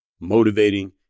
motivating